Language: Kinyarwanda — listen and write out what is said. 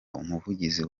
umuvugizi